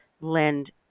LEND